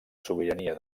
sobirania